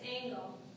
angle